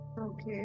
okay